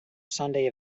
sunday